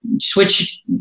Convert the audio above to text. switch